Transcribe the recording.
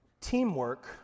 Teamwork